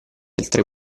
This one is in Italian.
altre